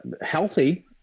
healthy